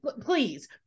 please